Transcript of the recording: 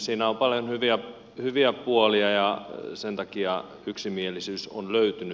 siinä on paljon hyviä puolia ja sen takia yksimielisyys on löytynyt